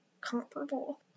comparable